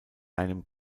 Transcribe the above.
einem